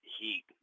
heat